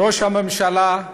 ראש הממשלה,